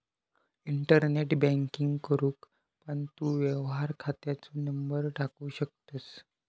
internet banking करूक पण तू व्यवहार खात्याचो नंबर टाकू शकतंस